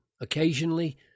occasionally